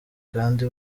kandi